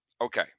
Okay